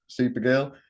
Supergirl